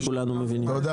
תודה.